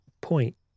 point